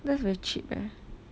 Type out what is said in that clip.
that's very cheap leh